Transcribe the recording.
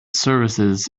services